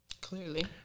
Clearly